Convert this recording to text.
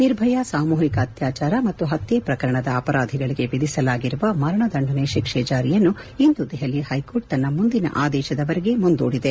ನಿರ್ಭಯ ಸಾಮೂಹಿಕ ಅತ್ಕಾಚಾರ ಮತ್ತು ಪಕ್ಕೆ ಪ್ರಕರಣದ ಅಪರಾಧಿಗಳಿಗೆ ವಿಧಿಸಲಾಗಿರುವ ಮರಣದಂಡನೆ ಶಿಕ್ಷೆ ಜಾರಿಯನ್ನು ಇಂದು ದೆಹಲಿ ಕೋರ್ಟ್ ತನ್ನ ಮುಂದಿನ ಆದೇಶದವರೆಗೆ ಮುಂದೂಡಿದೆ